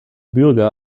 bürger